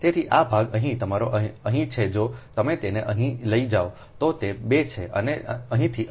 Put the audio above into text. તેથી આ ભાગ અહીં તમારો અહીં છે જો તમે તેને અહીં લઈ જાઓ તો તે 2 છે અને અહીંથી અહીં તે 0